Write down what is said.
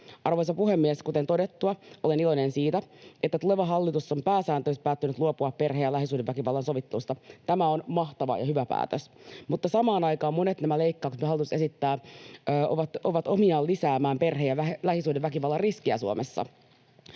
Arvoisa puhemies! Kuten todettua, olen iloinen siitä, että tuleva hallitus on pääsääntöisesti päättänyt luopua perhe- ja lähisuhdeväkivallan sovittelusta. Tämä on mahtava ja hyvä päätös, mutta samaan aikaan nämä monet leikkaukset, joita hallitus esittää, ovat omiaan lisäämään perhe- ja lähisuhdeväkivallan riskiä Suomessa